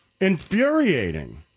infuriating